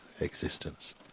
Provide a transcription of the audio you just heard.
existence